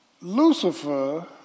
Lucifer